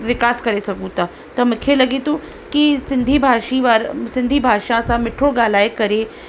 विकास करे सघूं था त मूंखे लॻे थो की सिंधी भाषी वारा सिंधी भाषा सां मिठो ॻाल्हाए करे या